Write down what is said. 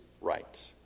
right